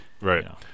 right